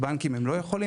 ובנקים לא יוכלו,